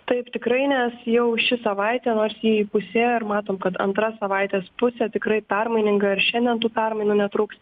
taip tikrai nes jau ši savaitė nors ji įpusėjo ir matom kad antra savaitės pusė tikrai permaininga ir šiandien tų permainų netrūks